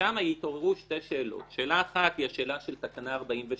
שם יתעוררו שתי שאלות: שאלה אחת היא השאלה של תקנה 43,